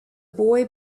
boy